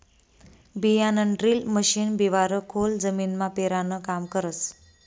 बियाणंड्रील मशीन बिवारं खोल जमीनमा पेरानं काम करस